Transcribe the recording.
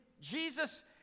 Jesus